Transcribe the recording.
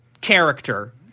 character